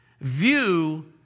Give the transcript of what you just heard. view